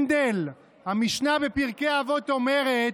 הנדל, המשנה בפרקי אבות אומרת: